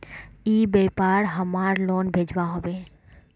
ई व्यापार हमार लोन भेजुआ हभे?